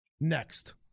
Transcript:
next